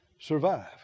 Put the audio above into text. survive